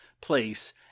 place